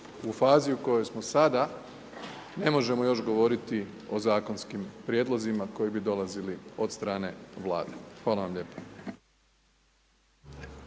U fazi u kojoj smo sada, ne možemo još govoriti o zakonskim prijedlozima koji bi dolazili od strane Vlade. Hvala vam lijepa.